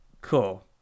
Cool